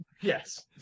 yes